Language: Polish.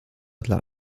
dla